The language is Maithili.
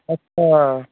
अच्छा